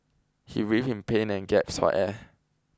he writhed in pain and gasped for air